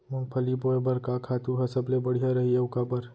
मूंगफली बोए बर का खातू ह सबले बढ़िया रही, अऊ काबर?